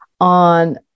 on